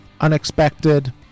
unexpected